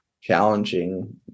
challenging